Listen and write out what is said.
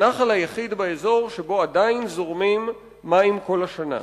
הנחל היחיד באזור שבו עדיין זורמים מים כל השנה.